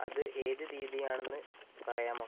അത് ഏത് തീയതിയാണെന്ന് പറയാമോ